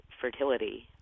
fertility